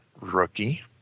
rookie